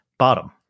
Bottom